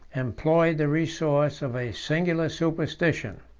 employed the resource of a similar superstition.